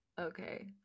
Okay